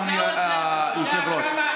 אדוני היושב-ראש,